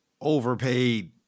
Overpaid